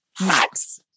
Max